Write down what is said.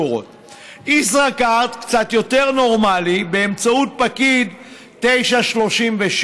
ישראכרט קצת יותר נורמלי: באמצעות פקיד, 9.36,